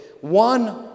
One